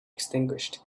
extinguished